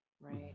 Right